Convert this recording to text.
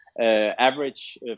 Average